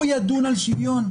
הוא ידון על שוויון?